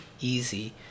easy